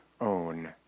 own